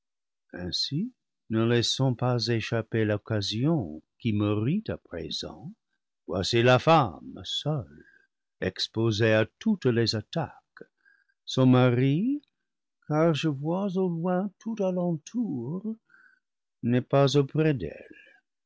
ainsi ne laissons pas échapper l'occasion qui me rit à présent voici la femme seule exposée à toutes les attaques son mari car je vois au loin tout à l'entour n'est pas auprès d'elle